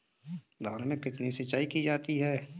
धान में कितनी सिंचाई की जाती है?